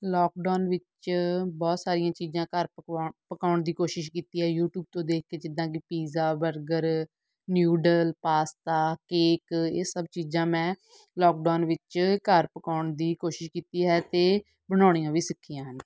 lockdown ਵਿੱਚ ਬਹੁਤ ਸਾਰੀਆਂ ਚੀਜ਼ਾਂ ਘਰ ਪਕਾ ਪਕਾਉਣ ਦੀ ਕੋਸ਼ਿਸ਼ ਕੀਤੀ ਹੈ ਯੂਟਿਊਬ ਤੋਂ ਦੇਖ ਕੇ ਜਿੱਦਾਂ ਕਿ pizza burger noodle pasta cake ਇਹ ਸਭ ਚੀਜ਼ਾਂ ਮੈਂ ਲੋਕਡਾਊਨ ਵਿੱਚ ਘਰ ਪਕਾਉਣ ਦੀ ਕੋਸ਼ਿਸ਼ ਕੀਤੀ ਹੈ ਅਤੇ ਬਣਾਉਣੀਆਂ ਵੀ ਸਿੱਖੀਆਂ ਹਨ